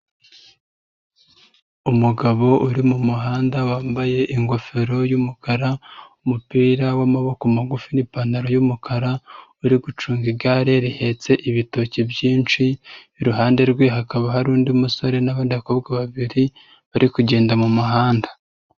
Umugabo uri mu muhanda wambaye ingofero y'umukara, umupira w'amaboko magufi n'ipantaro y'umukara, uri gucunga igare rihetse ibitoki byinshi, iruhande rwe hakaba hari undi musore n'abandi bakobwa babiri, bari kugenda mu muhanda.